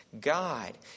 God